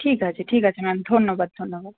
ঠিক আছে ঠিক আছে ম্যাম ধন্যবাদ ধন্যবাদ